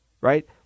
Right